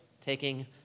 taking